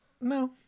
No